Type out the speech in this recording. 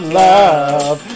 love